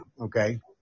okay